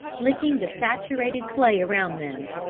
licking the saturated clay around them.